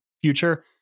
future